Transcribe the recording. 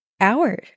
hour